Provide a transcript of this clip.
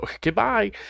Goodbye